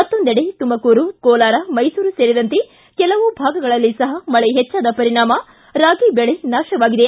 ಮತ್ತೊಂದೆಡೆ ತುಮಕೂರು ಕೋಲಾರ ಮೈಸೂರು ಸೇರಿದಂತೆ ಕೆಲವು ಭಾಗಗಳಲ್ಲಿ ಸಹ ಮಳೆ ಹೆಚ್ಚಾದ ಪರಿಣಾಮ ರಾಗಿ ವೆಳೆ ನಾಶವಾಗಿದೆ